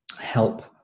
help